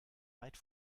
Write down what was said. weit